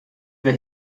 wer